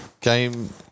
Game